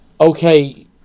okay